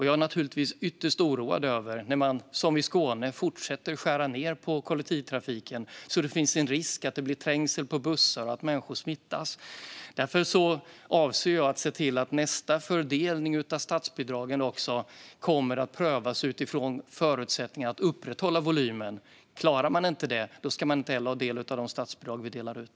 Jag blir naturligtvis ytterst oroad när man, som i Skåne, fortsätter att skära ned på kollektivtrafiken. Då finns en risk att det blir trängsel på bussar och att människor smittas. Jag avser därför att se till att nästa fördelning av statsbidragen kommer att prövas utifrån förutsättningar att upprätthålla volymen. Klarar man inte det ska man heller inte få del av de statsbidrag som vi delar ut.